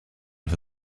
for